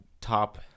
top